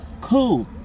Cool